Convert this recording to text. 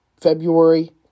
February